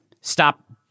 Stop